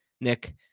Nick